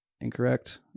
Incorrect